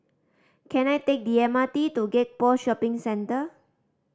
can I take the M R T to Gek Poh Shopping Centre